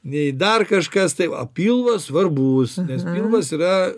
nei dar kažkas tai a pilvas svarbus nes pilvas yra